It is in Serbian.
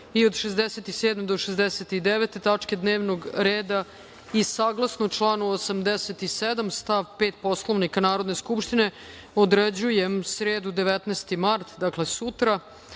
i od 67. do 69. tačke dnevnog reda. Saglasno članu 87. stav 5. Poslovnika Narodne skupštine, određujem sredu, 19. mart, dakle, sutra,